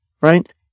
right